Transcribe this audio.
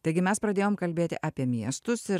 taigi mes pradėjom kalbėti apie miestus ir